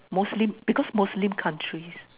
Muslim because Muslim countries